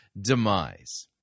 demise